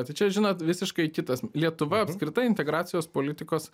tai čia žinot visiškai kitas lietuva apskritai integracijos politikos